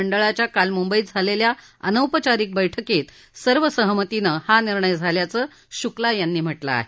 मंडळाच्या काल मुंबईत झालेल्या अनौपचारिक बैठकीत सर्वसहमतीनं हा निर्णय झाल्याचं शुक्ला यांनी म्हटलं आहे